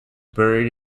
buried